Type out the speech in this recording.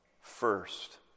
first